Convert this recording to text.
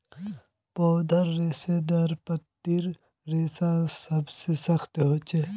पौधार रेशेदारत पत्तीर रेशा सबसे सख्त ह छेक